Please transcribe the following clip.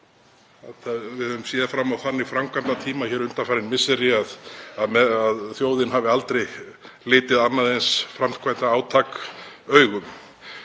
við höfum séð fram á þannig framkvæmdatíma undanfarin misseri að þjóðin hafi aldrei litið annað eins framkvæmdaátak augum.